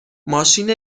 ماشین